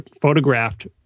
photographed